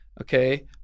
okay